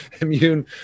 immune